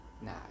Nah